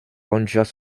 rangers